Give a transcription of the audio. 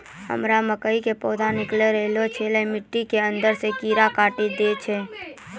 हमरा मकई के पौधा निकैल रहल छै मिट्टी के अंदरे से कीड़ा काटी दै छै?